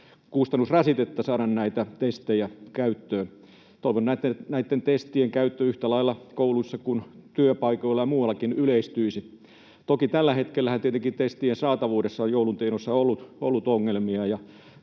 kustannusrasitetta saada näitä testejä käyttöön. Toivon, että näitten testien käyttö yhtä lailla kouluissa kuin työpaikoilla ja muuallakin yleistyisi. Toki tällä hetkellähän tietenkin testien saatavuudessa on joulun tienoissa ollut ongelmia,